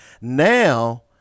Now